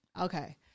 Okay